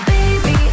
Baby